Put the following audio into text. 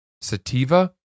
sativa